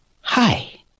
hi